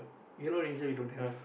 yellow ranger we don't have